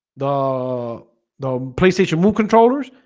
the the playstation move controllers,